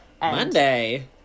Monday